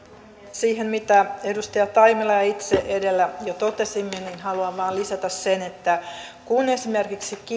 siihen mitä edustaja taimela ja itse edellä jo totesimme haluan vain lisätä sen että kun esimerkiksi